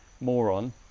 moron